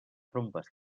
trompes